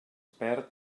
perd